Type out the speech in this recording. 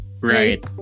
Right